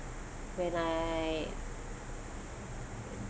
when I